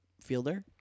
fielder